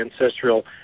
ancestral